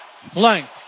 flanked